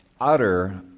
utter